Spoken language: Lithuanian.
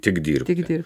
tik dirbti